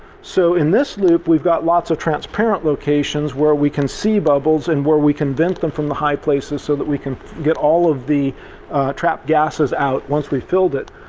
so in this loop we've got lots of transparent locations where we can see bubbles and where we can vent them from the high places so that we can get all of the trapped gases out once we filled it.